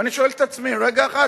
ואני שואל את עצמי: רגע אחד,